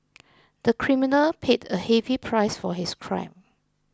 the criminal paid a heavy price for his crime